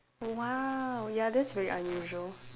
!wow! ya that's very unusual